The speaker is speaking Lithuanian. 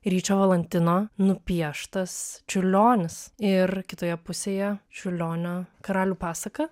ryčio valantino nupieštas čiurlionis ir kitoje pusėje čiurlionio karalių pasaka